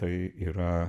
tai yra